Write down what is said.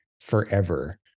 forever